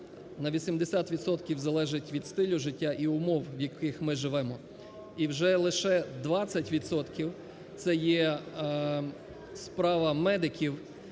залежить від стилю життя і умов, в яких ми живемо, і вже лише 20 відсотків – це є справа медиків,